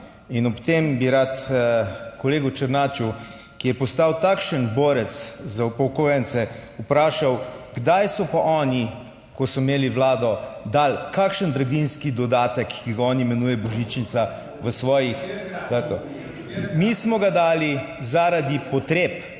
In ob tem bi rad kolegu Černaču, ki je postal takšen borec za upokojence vprašal, kdaj so pa oni, ko so imeli vlado dali kakšen draginjski dodatek, ki ga on imenuje božičnica v svojih... Mi smo ga dali zaradi potreb,